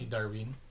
Darwin